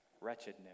wretchedness